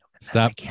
stop